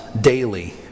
daily